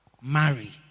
marry